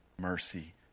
mercy